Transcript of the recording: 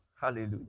hallelujah